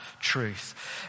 truth